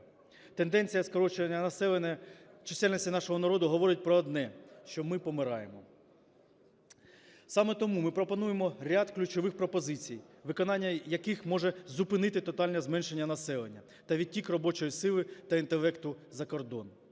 Тенденція скорочення чисельності нашого народу говорить про одне: що ми помираємо. Саме тому ми пропонуємо ряд ключових пропозицій, виконання яких може зупинити тотальне зменшення населення та відтік робочої сили та інтелекту за кордон.